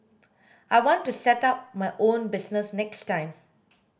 I want to set up my own business next time